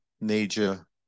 major